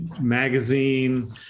magazine